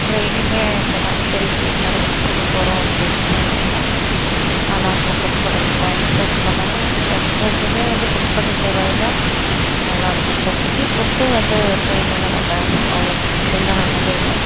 ட்ரெயினும் அப்படி தான் திருச்சி இது மாதிரி புக் பண்ணி போகிறோம் அப்படினு சொன்னோம்னா நல்லா இருக்கும் கம்ஃபர்ட்டபுளாக எக்ஸ்ப்ரெஸ்ஸில் தான் எக்ஸ்ப்ரெஸ்ஸும் வந்து புக் பண்ணி போகிறது தான் நல்லா இருக்கும் ஸ்பெசிலிட்டி பாக ஃபுட்டு வந்து ட்ரெயின்லலாம் பார்த்தா அவ்வளோக்கி ஃபுட்டெல்லாம் நல்லாவே இருக்காது